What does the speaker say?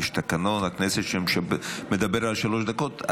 יש תקנון לכנסת שמדבר על שלוש דקות,